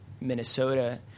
Minnesota